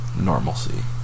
normalcy